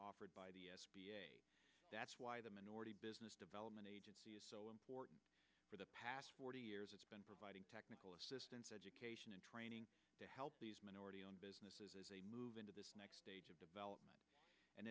offered by the s b a that's why the minority business development agency is so important for the past forty years it's been providing technical assistance education and training to help these minority owned businesses as a move into this next stage of development and